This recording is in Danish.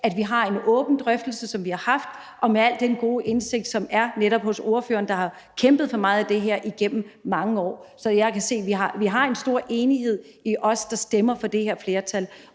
at vi har en åben drøftelse, som vi har haft – også i forhold til den gode indsigt, som netop er hos ordføreren, der har kæmpet for meget af det her gennem mange år. Så jeg kan se, at der er en stor enighed blandt os, der stemmer for det her,